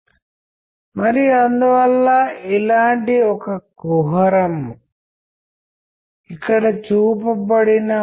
ఉదాహరణకి ఒక గ్లాసు వెలుతురులో అదే గ్లాసు చీకట్లో సగం చీకట్లో ఒకే వస్తువుకి విభిన్న వెర్షన్లు చూపెడతాయి